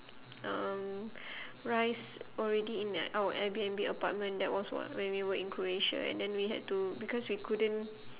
um rice already in our airbnb apartment that was w~ when we were in croatia and then we had to because we couldn't